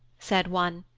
said one.